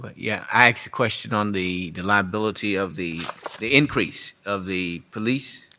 yeah. i asked a question on the the liability of the the increase of the police.